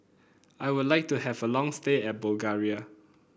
I would like to have a long stay at Bulgaria